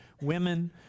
Women